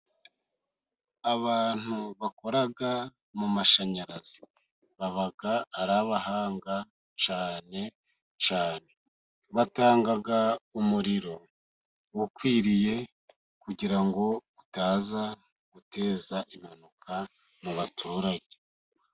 Abantu bakora mu mashanyarazi baba ari abahanga cyane cyane. Batanga umuriro ukwiriye, kugira ngo utaza guteza impanuka mu baturage.